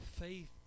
Faith